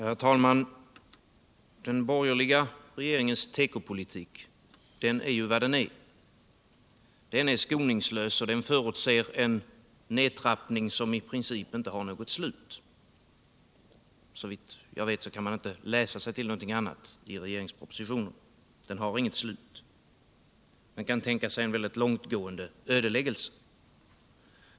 Herr talman! Den borgerliga regeringens tekopolitik är vad den är. Den är skoningslös och förutsätter en nedtrappning som i princip inte har något slut. Såvitt jag förstår kan man inte läsa sig till någonting annat i regeringspropositionen än att nedtrappningen inte har något slut — man kan tänka sig en väldigt långtgående ödeläggelse.